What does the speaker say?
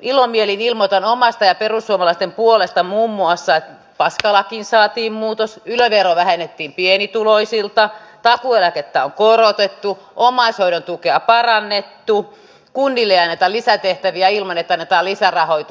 ilomielin ilmoitan omasta ja perussuomalaisten puolesta muun muassa että paskalakiin saatiin muutos yle veroa vähennettiin pienituloisilta takuueläkettä on korotettu ja omaishoidon tukea parannettu ja kunnille ei anneta lisätehtäviä ilman että annetaan lisärahoitusta